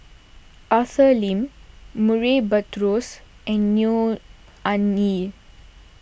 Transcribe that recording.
Arthur Lim Murray Buttrose and Neo Anngee